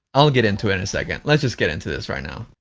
i'll get into in a second. let's just get into this right now.